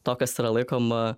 to kas yra laikoma